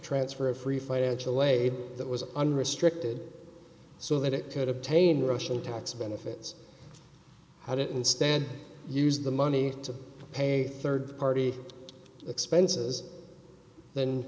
transfer of free financial aid that was unrestricted so that it could obtain russian tax benefits i didn't instead use the money to pay rd party expenses th